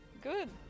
good